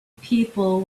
people